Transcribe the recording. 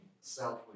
Self